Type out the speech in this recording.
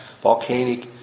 volcanic